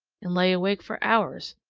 and lay awake for hours,